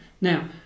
now